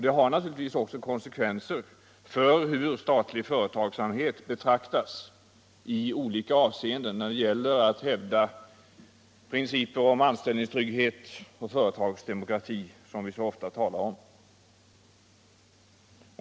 Det har naturligtvis också konsekvenser för hur statlig företagsamhet betraktas i olika avseenden när det gäller att hävda principer om anställningstrygghet och företagsdemokrati, som vi så ofta talar om.